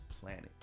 planet